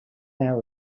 now